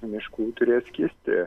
miškų turės kisti